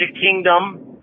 Kingdom